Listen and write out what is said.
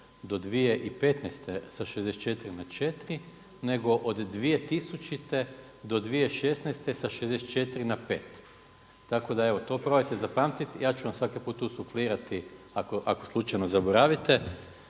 do 2015. sa 64 na 4 nego od 2000. do 2016. sa 64 na 5. Tako da, evo to probajte zapamtiti, ja ću vam svaki put tu suflirati ako slučajno zaboravite